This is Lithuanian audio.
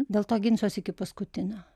dėl to ginčas iki paskutinio